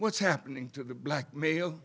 what's happening to the black male